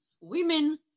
women